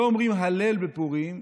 לא אומרים הלל בפורים,